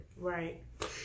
Right